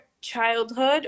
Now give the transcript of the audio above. childhood